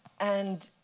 and